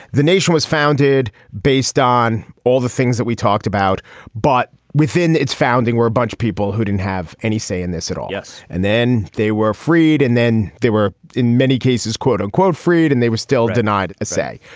the nation was founded based on all the things that we talked about but within its founding we're a bunch people who didn't have any say in this at all. yes. and then they were freed and then there were in many cases quote unquote freed and they were still denied a say.